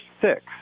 six